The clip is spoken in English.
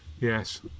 Yes